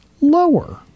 Lower